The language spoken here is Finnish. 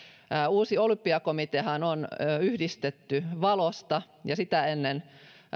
uusi olympiakomiteahan on yhdistetty valosta ja sitä ennen